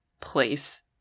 place